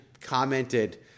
commented